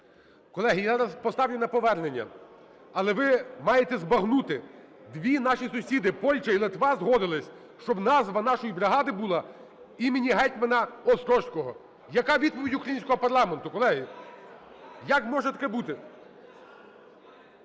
Колеги, я зараз поставлю на повернення. Але ви маєте збагнути, два наші сусіди: Польща і Литва згодилися, щоб назва нашої бригади була імені гетьмана Острозького. Яка відповідь українського парламенту, колеги? Як може таке бути?